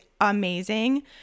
amazing